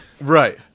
Right